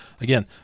Again